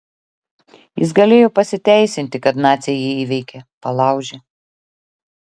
jis galėjo pasiteisinti kad naciai jį įveikė palaužė